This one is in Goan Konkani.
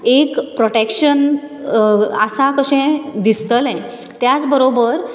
एक प्रोटेक्शन आसा तशें दिसतलें त्याच बरोबर